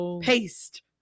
Paste